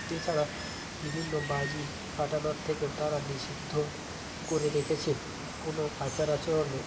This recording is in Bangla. এছাড়া বিভিন্ন বাজি ফাটানোর থেকেও তারা নিষিদ্ধ করে রেখেছে কোনো আচার আচরণে